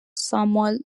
samuel